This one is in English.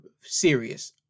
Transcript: serious